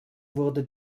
wurde